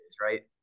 right